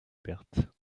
pertes